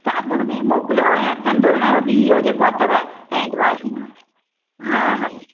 साबुण बि मोकिलियो ऐंं हथनि धोअण जो बि इहो जेको अथव हैंडवॉश हा हा